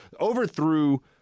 overthrew